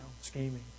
scheming